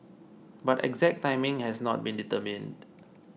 but exact timing has not been determined